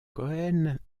cohen